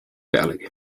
pealegi